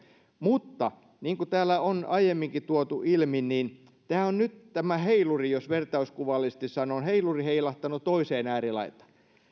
mutta niin kuin täällä on aiemminkin tuotu ilmi tämä heiluri jos vertauskuvallisesti sanon heiluri on nyt heilahtanut toiseen äärilaitaan